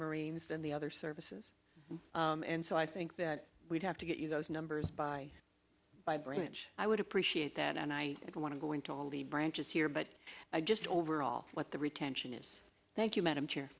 marines than the other services and so i think that we'd have to get those numbers by by bridge i would appreciate that and i would want to go into all the branches here but i just overall what the retention is thank you madam chair